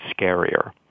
scarier